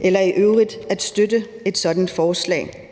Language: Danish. eller i øvrigt at støtte et sådant forslag,